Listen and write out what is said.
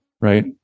right